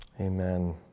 Amen